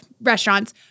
restaurants